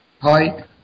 Hi